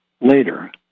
later